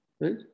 right